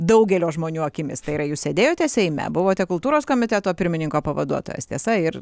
daugelio žmonių akimis tai yra jūs sėdėjote seime buvote kultūros komiteto pirmininko pavaduotojas tiesa ir